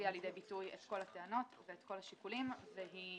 הביאה לידי ביטוי את כל הטענות ואת כל השיקולים והיא